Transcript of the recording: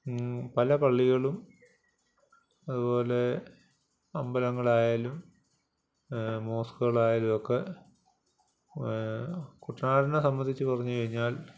പല പള്ളികളും അതുപോലെ അമ്പലങ്ങളായാലും മോസ്കുകളായാലും ഒക്കെ കുട്ടനാടിനെ സംബന്ധിച്ച് പറഞ്ഞു കഴിഞ്ഞാൽ